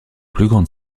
grande